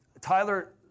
Tyler